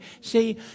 see